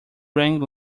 rang